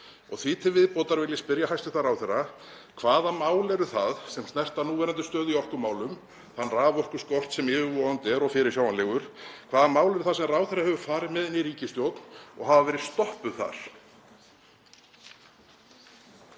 Því til viðbótar vil ég spyrja hæstv. ráðherra: Hvaða mál eru það sem snerta núverandi stöðu í orkumálum, þann raforkuskort sem yfirvofandi er og fyrirsjáanlegur, sem ráðherra hefur farið með inn í ríkisstjórn og hafa verið stoppuð þar?